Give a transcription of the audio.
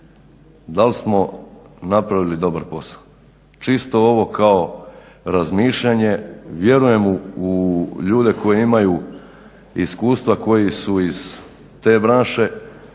dal smo napravili dobar posao? Čisto ovo kao razmišljanje, vjerujem u ljude koji imaju iskustva koji su iz te branše,